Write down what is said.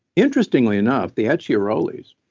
interestingly enough, the acciarolis